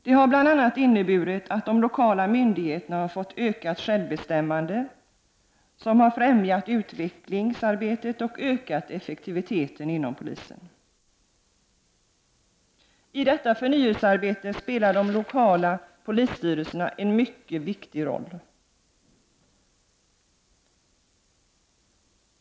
Det här har bl.a. inneburit att de lokala myndigheterna har fått ökat självbestämmande, vilket har främjat utvecklingsarbetet och ökat effektiviteten inom polisen. I detta förnyelsearbete spelar de lokala polisstyrelserna en mycket viktig roll.